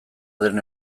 den